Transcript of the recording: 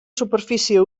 superfície